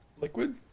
Liquid